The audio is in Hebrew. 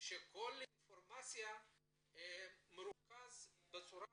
שכל האינפורמציה מרוכזת בצורה